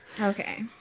Okay